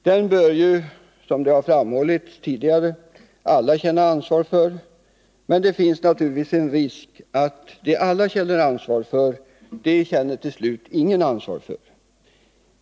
Den bör ju — som det har framhållits tidigare — alla känna ansvar för, men det finns naturligtvis en risk för att det alla känner ansvar för, det känner till slut ingen ansvar för.